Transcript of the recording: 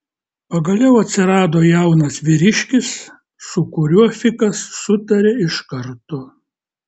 pagaliau atsirado jaunas vyriškis su kuriuo fikas sutarė iš karto